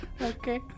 Okay